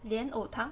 莲藕汤